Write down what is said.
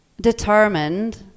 determined